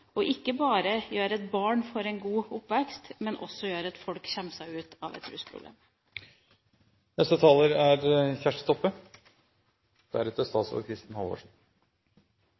ikke bare at barn får en god oppvekst, men det gjør også at folk kommer seg ut av et rusproblem.